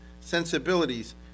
sensibilities